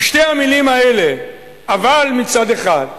שתי המלים האלה, "אבל" מצד אחד ו"לכן"